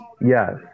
Yes